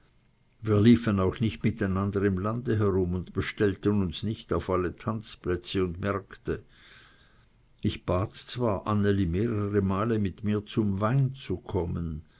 wir liefen auch nicht miteinander im lande herum bestellten uns nicht auf alle tanzplätze und märkte ich bat zwar anneli mehrere male mit mir zum wein zu kommen